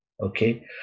Okay